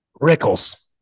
Rickles